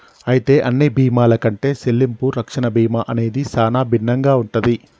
అయితే అన్ని బీమాల కంటే సెల్లింపు రక్షణ బీమా అనేది సానా భిన్నంగా ఉంటది